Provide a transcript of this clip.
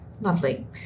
Lovely